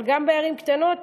אבל גם בערים קטנות,